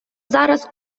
зараз